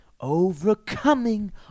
overcoming